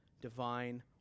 divine